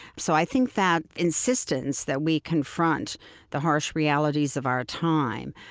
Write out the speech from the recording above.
so i think that insistence that we confront the harsh realities of our time,